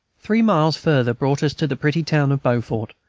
three miles farther brought us to the pretty town of beaufort,